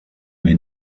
may